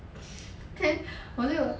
then 我就